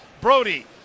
Brody